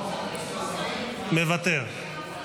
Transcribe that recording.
מוותר.